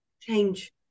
change